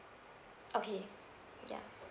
okay ya